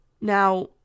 Now